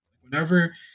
Whenever